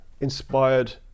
inspired